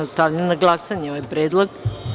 Stavljam na glasanje ovaj predlog.